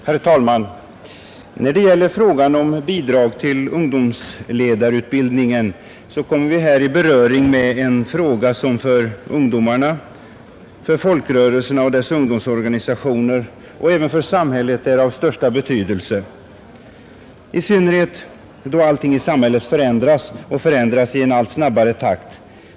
Herr talman! När det gäller bidrag till ungdomsledarutbildningen kommer vi här i beröring med en fråga som för ungdomarna, för folkrörelserna och dess ungdomsorganisationer och även för samhället är av största betydelse, i synnerhet då allting i samhället förändras i en allt snabbare takt.